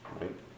Right